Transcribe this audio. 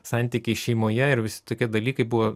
santykiai šeimoje ir visi tokie dalykai buvo